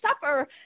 suffer